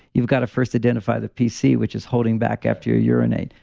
you've got to first identify the pc which is holding back after you urinate.